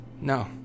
No